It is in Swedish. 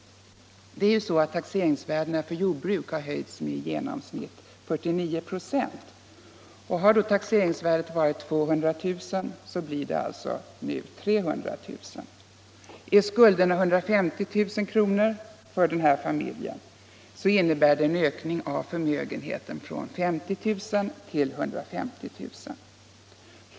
Det är ju så att taxeringsvärdena för jordbruk har höjts med i genomsnitt 49 96. Har taxeringsvärdet varit 200 000 blir det alltså nu 300 000. Är skulderna 150 000 för den här familjen innebär det en ökning av förmögenheten från 50 000 till 150 000.